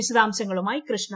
വിശദാംശങ്ങളുമായി കൃഷ്ണ